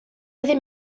ddim